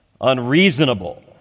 unreasonable